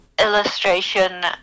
illustration